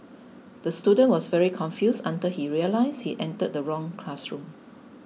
the student was very confused until he realised he entered the wrong classroom